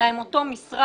אלא אותו משרד,